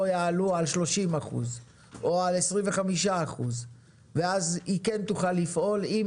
יעלו על 30 אחוזים או על 25 אחוזים ואז היא כן תוכל לפעול אם